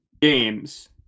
games